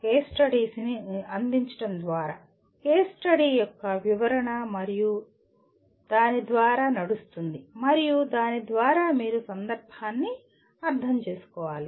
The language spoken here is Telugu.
కేస్ స్టడీని అందించడం ద్వారా కేస్ స్టడీ యొక్క వివరణ మరియు దాని ద్వారా నడుస్తుంది మరియు దాని ద్వారా మీరు సందర్భాన్ని అర్థం చేసుకోవాలి